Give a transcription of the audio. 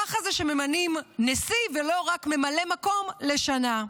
ככה זה כשממנים נשיא ולא רק ממלא מקום לשנה.